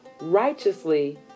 righteously